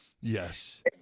Yes